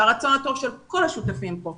ברצון הטוב של כל השותפים כאן,